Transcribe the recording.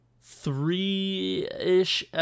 three-ish